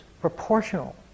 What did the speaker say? proportional